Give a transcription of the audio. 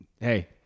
Hey